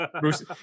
Bruce